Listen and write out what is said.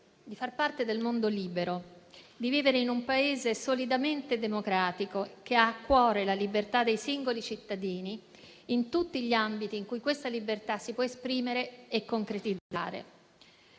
di far parte del mondo libero, di vivere in un Paese solidamente democratico, che ha a cuore la libertà dei singoli cittadini in tutti gli ambiti in cui questa libertà si può esprimere e concretizzare.